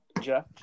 Jeff